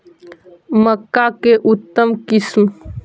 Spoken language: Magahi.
मक्का के उतम किस्म?